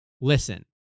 listen